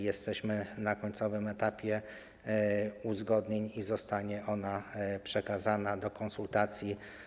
Jesteśmy na końcowym etapie uzgodnień i zostanie ona przekazana do konsultacji.